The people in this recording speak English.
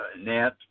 net